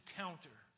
counter